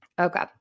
Okay